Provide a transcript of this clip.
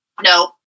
no